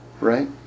right